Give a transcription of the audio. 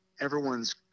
everyone's